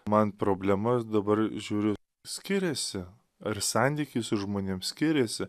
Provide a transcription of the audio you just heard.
man problema dabar žiūriu skiriasi ar santykis su žmonėm skiriasi